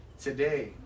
today